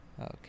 okay